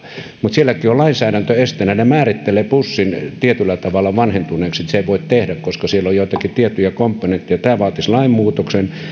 mutta sielläkin on lainsäädäntö esteenä se määrittelee bussin tietyllä tavalla vanhentuneeksi että sitä ei voi tehdä koska siellä on joitakin tiettyjä komponentteja tämä vaatisi lainmuutoksen